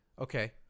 Okay